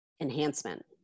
enhancement